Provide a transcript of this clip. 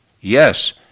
Yes